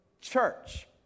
church